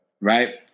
Right